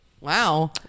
Wow